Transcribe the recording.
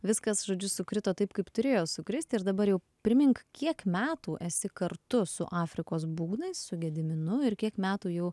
viskas žodžiu sukrito taip kaip turėjo sukristi ir dabar jau primink kiek metų esi kartu su afrikos būgnais su gediminu ir kiek metų jau